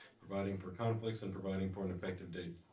providing for conflicts and providing for an effective date.